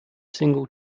single